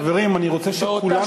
חברים, אני רוצה שכולם יקשיבו.